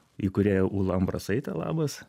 įkūrėją ūlą ambrasaitę labas